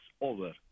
over